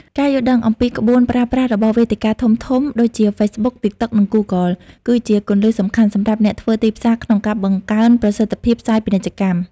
ការយល់ដឹងអំពីក្បួនប្រើប្រាស់ របស់វេទិកាធំៗដូចជា Facebook, TikTok និង Google គឺជាគន្លឹះសំខាន់សម្រាប់អ្នកធ្វើទីផ្សារក្នុងការបង្កើនប្រសិទ្ធភាពផ្សាយពាណិជ្ជកម្ម។